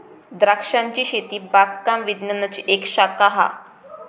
द्रांक्षांची शेती बागकाम विज्ञानाची एक शाखा हा